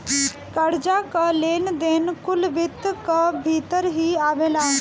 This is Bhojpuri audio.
कर्जा कअ लेन देन कुल वित्त कअ भितर ही आवेला